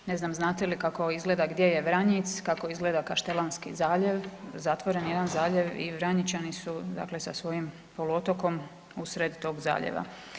Ne znam znate li kako izgleda, gdje je Vranjic, kako izgleda Kaštelanski zaljev, zatvoren jedan zaljev i Vranjičani su dakle sa svojim poluotokom u sred tog zaljeva.